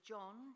John